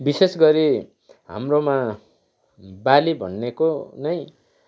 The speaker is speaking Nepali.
विशेष गरी हाम्रोमा बाली भनेको नै